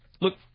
Look